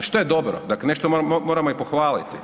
Što je dobro, dakle nešto moramo i pohvaliti.